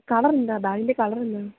colour എന്താണ് ബാഗിൻ്റെ colour എന്താണ്